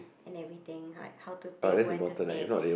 and everything like how to take where to take